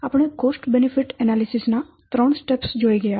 આપણે cost benefit analysis ના ત્રણ સ્ટેપ્સ જોઈ ગયા